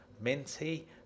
Minty